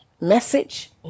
message